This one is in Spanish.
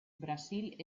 brasil